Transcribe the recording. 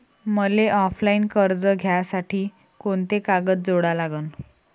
मले ऑफलाईन कर्ज घ्यासाठी कोंते कागद जोडा लागन?